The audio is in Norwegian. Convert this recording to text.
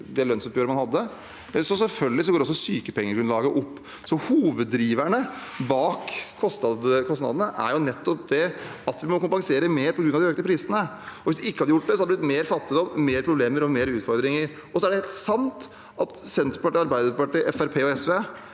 det lønnsoppgjøret man hadde, går også sykepengegrunnlaget opp. Hoveddriveren bak kostnadene er nettopp det at vi må kompensere mer på grunn av de økte prisene. Hvis vi ikke hadde gjort det, hadde det blitt mer fattigdom, mer problemer og mer utfordringer. Det er helt sant at Senterpartiet, Arbeiderpartiet,